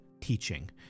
teaching